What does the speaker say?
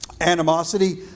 animosity